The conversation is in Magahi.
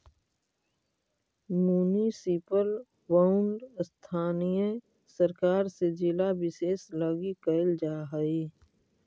मुनिसिपल बॉन्ड स्थानीय सरकार से जिला विशेष लगी कैल जा हइ